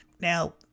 Now